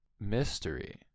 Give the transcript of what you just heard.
mystery